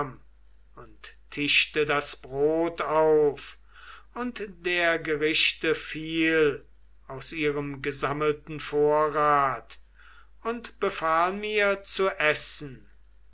und tischte das brot auf und der gerichte viel aus ihrem gesammelten vorrat und befahl mir zu essen